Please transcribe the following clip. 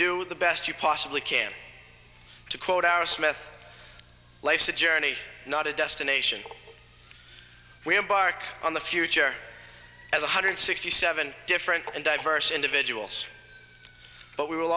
do the best you possibly can to quote our smith life's a journey not a destination we embark on the future as one hundred sixty seven different and diverse individuals but we will